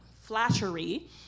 flattery